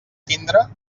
tindre